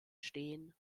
stehen